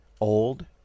old